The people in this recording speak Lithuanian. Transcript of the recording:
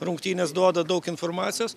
rungtynės duoda daug informacijos